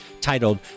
titled